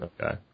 Okay